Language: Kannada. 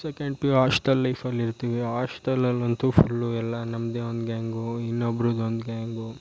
ಸೆಕೆಂಡ್ ಪಿ ಯು ಆಸ್ಟೆಲ್ ಲೈಫಲ್ಲಿ ಇರ್ತೀವಿ ಆಸ್ಟೆಲಲ್ಲಂತು ಫುಲ್ಲು ಎಲ್ಲ ನಮ್ಮದೆ ಒಂದು ಗ್ಯಾಂಗು ಇನ್ನೊಬ್ರದ್ದು ಒಂದು ಗ್ಯಾಂಗು